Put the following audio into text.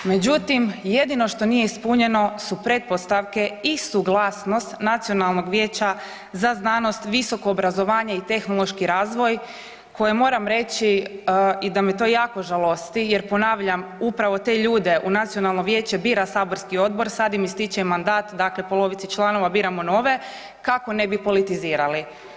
Međutim, jedino što nije ispunjeno su pretpostavke i suglasnost Nacionalnog vijeća za znanost, visoko obrazovanje i tehnološki razvoj koje moram reći i da me to jako žalosti, jer ponavljam upravo te ljude u nacionalno vijeće bira saborski odbor sad im ističe mandat dakle polovici članova biramo nove, kako ne bi politizirali.